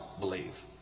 believe